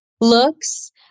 looks